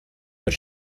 but